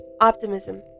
optimism